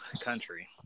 country